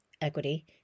equity